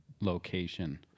location